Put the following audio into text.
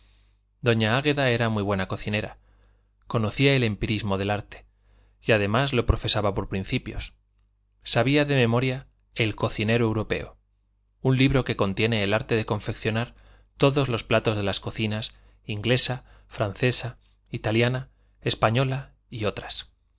doña águeda era muy buena cocinera conocía el empirismo del arte y además lo profesaba por principios sabía de memoria el cocinero europeo un libro que contiene el arte de confeccionar todos los platos de las cocinas inglesa francesa italiana española y otras